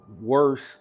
worse